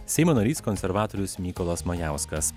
seimo narys konservatorius mykolas majauskas